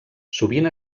sovint